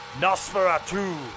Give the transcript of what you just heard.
Nosferatu